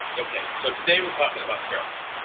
okay, so today we're talking about character.